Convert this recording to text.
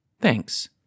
thanks